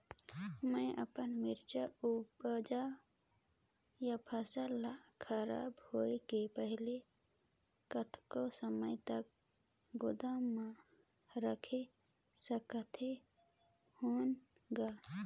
मैं अपन मिरचा ऊपज या फसल ला खराब होय के पहेली कतका समय तक गोदाम म रख सकथ हान ग?